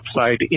upside